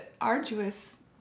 arduous